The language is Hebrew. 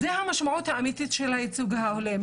זו המשמעות האמיתית של הייצוג ההולם,